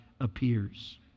appears